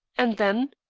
and then?